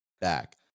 back